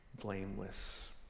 blameless